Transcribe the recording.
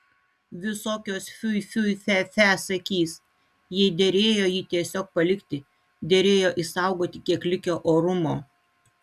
visokios fui fui fe fe sakys jai derėjo jį tiesiog palikti derėjo išsaugoti kiek likę orumo